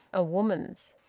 a woman's.